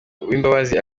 uwimbabazi